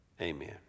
Amen